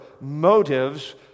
motives